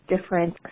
different